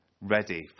ready